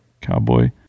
cowboy